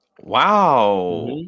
Wow